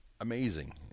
amazing